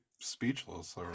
speechless